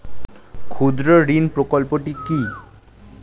ক্ষুদ্রঋণ প্রকল্পটি কি?